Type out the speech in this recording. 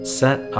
set